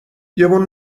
گمون